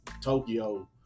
Tokyo